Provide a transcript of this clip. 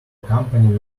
company